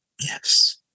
Yes